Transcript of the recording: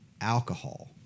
alcohol